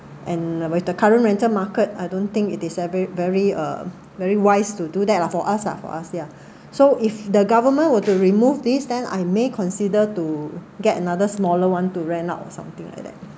and with the current rental market I don't think it is ev~ very uh very wise to do that lah for us ah for us ya so if the government were to remove this then I may consider to get another smaller one to rent out or something like that